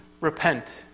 repent